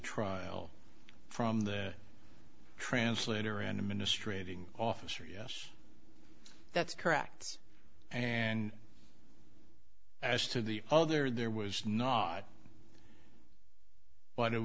trial from the translator and administrating officer yes that's correct and as to the other there was not but it